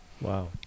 Wow